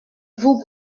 vous